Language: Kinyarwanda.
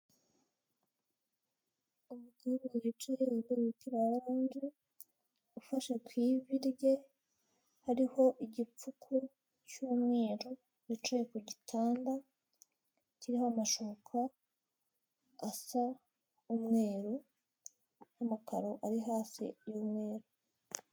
Umukobwa wicaye wambaye umupira wa orange ufashe ku ivi rye hariho igipfuko cy'umweru wicaye ku gitanda kiriho amashuka asa umweru n'amakaro ari hasi y'umweru.